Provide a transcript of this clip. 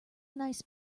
nice